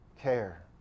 care